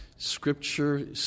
Scripture